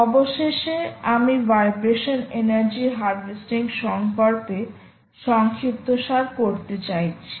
অবশেষে আমি vibration energy harvesting সম্পর্কে সংক্ষিপ্তসার করতে চাইছি